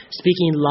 speaking